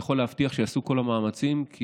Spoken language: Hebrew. אני יכול להבטיח שייעשו כל המאמצים כי